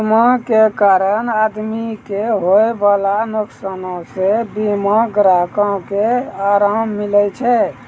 मोकदमा के कारण आदमी के होयबाला नुकसानो से बीमा ग्राहको के अराम मिलै छै